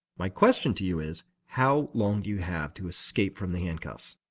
my question to you is how long do you have to escape from the handcuffs?